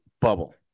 bubble